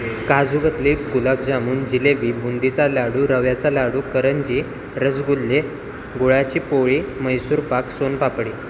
काजूकतली गुलाबजामून जिलेबी बुंदीचा लाडू रव्याचा लाडू करंजी रसगुल्ले गुळाची पोळी म्हैसूर पाक सोनपापडी